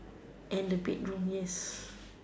and the bedroom yes